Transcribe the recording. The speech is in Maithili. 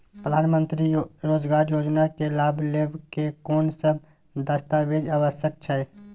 प्रधानमंत्री मंत्री रोजगार योजना के लाभ लेव के कोन सब दस्तावेज आवश्यक छै?